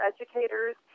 educators